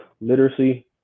literacy